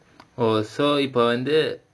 oh so இப்போ வந்து:ippo vandhu